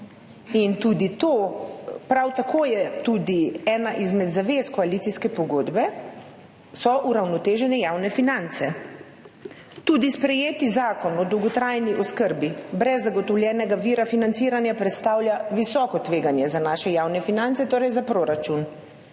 financah. Prav tako so tudi ena izmed zavez koalicijske pogodbe uravnotežene javne finance. Tudi sprejeti Zakon o dolgotrajni oskrbi brez zagotovljenega vira financiranja predstavlja visoko tveganje za naše javne finance, torej za proračun.